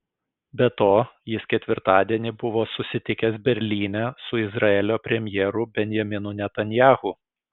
be to jis ketvirtadienį buvo susitikęs berlyne su izraelio premjeru benjaminu netanyahu